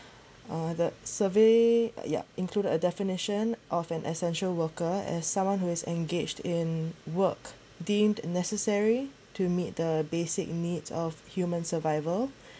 uh the survey ya included a definition of an essential worker as someone who is engaged in work deemed necessary to meet the basic needs of human survival